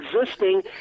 existing